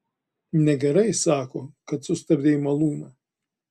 negerai sako kad sustabdei malūną